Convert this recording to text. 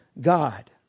God